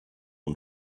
own